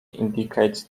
indicates